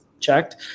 checked